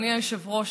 אדוני היושב-ראש,